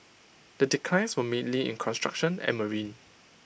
the declines were mainly in construction and marine